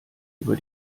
über